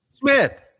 Smith